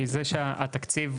התקציב,